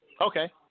Okay